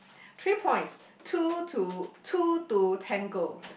three points two to two to tango